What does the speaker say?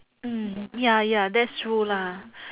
mm ya ya that's true lah